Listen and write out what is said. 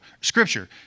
scripture